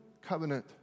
covenant